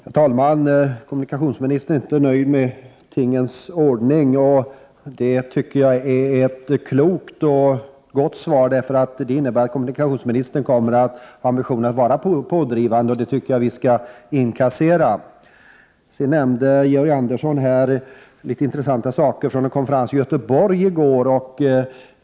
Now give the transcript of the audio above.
Herr talman! Kommunikationsministern är inte nöjd med tingens ordning. Det är ett klokt svar, eftersom det innebär att kommunikationsministern kommer att ha ambitionen att vara pådrivande, vilket vi är tacksamma över. Georg Andersson omnämnde en konferens som hölls i Göteborg i går.